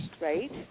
right